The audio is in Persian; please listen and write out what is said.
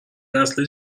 نسل